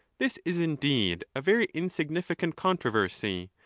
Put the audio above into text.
this is indeed a very insignificant controversy,